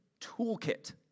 toolkit